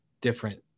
different